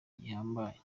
gihambaye